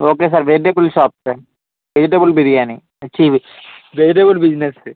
okay sir vegetable shop sir vegetable biryani చి vegetable business